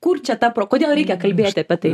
kur čia ta kodėl reikia kalbėti apie tai